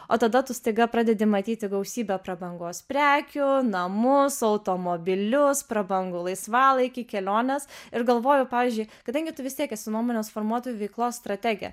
o tada tu staiga pradedi matyti gausybę prabangos prekių namus automobilius prabangų laisvalaikį keliones ir galvoju pavyzdžiui kadangi tu vis tiek esi nuomonės formuotojų veiklos strategė